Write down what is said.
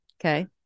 okay